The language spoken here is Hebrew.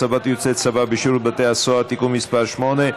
(הצבת יוצאי צבא בשירות בתי הסוהר) (תיקון מס' 8),